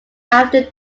after